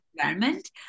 environment